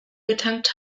getankt